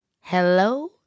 Hello